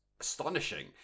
astonishing